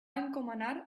encomanar